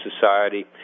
society